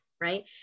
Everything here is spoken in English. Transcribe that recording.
right